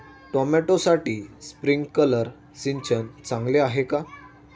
टोमॅटोसाठी स्प्रिंकलर सिंचन चांगले आहे का?